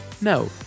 No